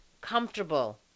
comfortable